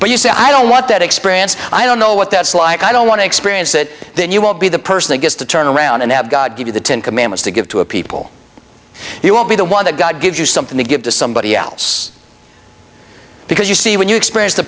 but you say i don't want that experience i don't know what that's like i don't want to experience it then you will be the person who gets to turn around and have god give you the ten commandments to give to a people you will be the one that god gives you something to give to somebody else because you see when you experience the